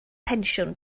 pensiwn